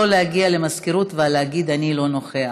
אינו נוכח,